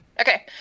Okay